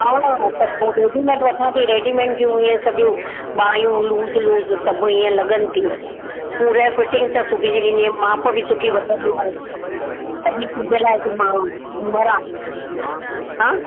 हा हा त पोइ रेडीमेट वठां ती रेडीमैंटियूं इहे सभु जूं बाइयूं लूज़ लूज़ सभई ईअं लॻनि थियूं पूरै फिटिंग सां सिबिजी ॾींदी आहीं माप बि सुठी वठंदीमाव ख़ाली तुंहिंजे लाइ थी मां निभाया हा